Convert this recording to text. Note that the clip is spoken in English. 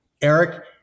Eric